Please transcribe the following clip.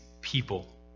people